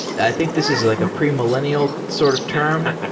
i think this is like a pre-millennial sort of term.